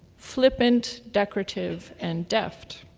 flippant, decorative, and deft.